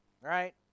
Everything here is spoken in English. right